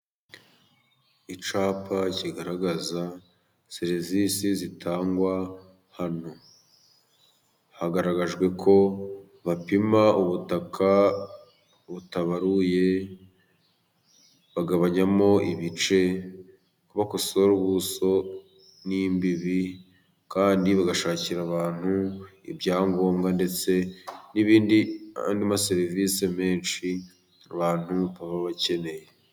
Icyapa kigaragaza serivisi zitangwa hano, hagaragajwe ko bapima ubutaka butabaruye, bagabanyamo ibice, ko bakosora ubuso n'imbibi, kandi bagashakira abantu ibyangombwa, ndetse n'ibindi, andi maserivisi menshi abantu baba bakeneye.